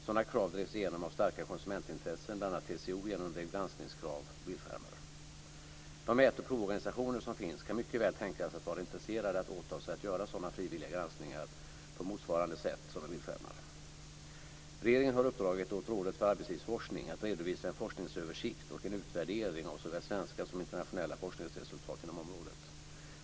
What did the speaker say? Sådana krav drevs igenom av starka konsumentintressen; bl.a. TCO genomdrev granskningskrav på bildskärmar. De mät och provorganisationer som finns kan mycket väl tänkas vara intresserade av att åta sig att göra sådana frivilliga granskningar på motsvarande sätt som med bildskärmar. Regeringen har uppdragit åt Rådet för arbetslivsforskning att redovisa en forskningsöversikt och en utvärdering av såväl svenska som internationella forskningsresultat inom området.